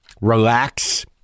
Relax